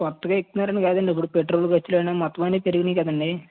కొత్తగా ఎక్కుతున్నారు అని కాదండి ఇప్పుడు పెట్రోల్ ఖర్చులను మొత్తం అన్నీ పెరిగినాయి కదండి